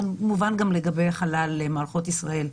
כמובן גם לגבי חלל מערכות ישראל,